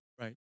Right